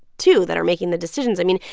too, that are making the decisions. i mean,